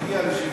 מגיע ל-70%.